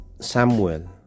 Samuel